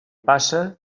passa